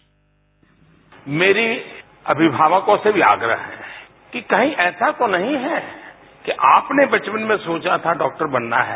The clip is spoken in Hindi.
बाईट मेरा अभिभावकों से भी आग्रह है कि कही ऐसा तो नहीं है कि आपने बचपन में सोचा था डॉक्टर बनना है